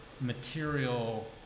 material